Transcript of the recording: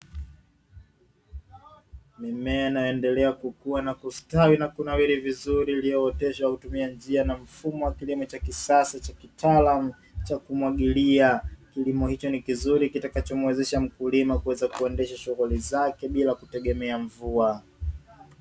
Mimea inayoendelea kukua na kustawi na kunawili vizuri, iliyooteshwa kwa kutumia njia na mfumo wa kilimo cha kisasa cha kitaalamu cha kumwagilia, kilimo hicho ni kizuri kitakachomwezesha mkulima kuweza kuendesha shughuli zake bila kutegemea mvua.